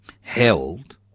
held